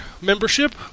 membership